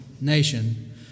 nation